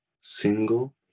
single